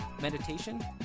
meditation